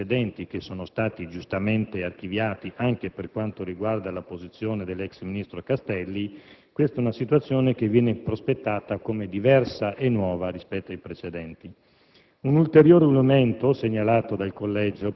Questo va detto perché, a differenza di tanti altri casi precedenti che sono stati giustamente archiviati, anche per quanto riguarda la posizione dell'ex ministro Castelli, questa è una situazione che viene prospettata come diversa e nuova rispetto alle precedenti.